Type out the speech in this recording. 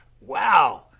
Wow